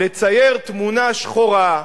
לצייר תמונה שחורה,